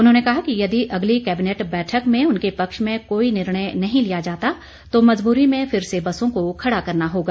उन्होंने कहा कि यदि अगली कैबिनेट बैठक में उनके पक्ष में कोई निर्णय नहीं लिया जाता तो मजबूरी में फिर से बसों को खड़ा करना होगा